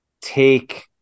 take